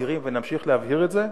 מבהירים ונמשיך להבהיר את זה,